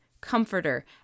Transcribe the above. comforter